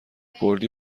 کردی